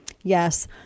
yes